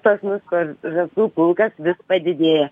pas mus tas žąsų pulkas vis padidėja